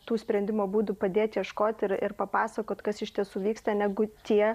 tų sprendimo būdų padėt ieškot ir papasakot kas iš tiesų vyksta negu tie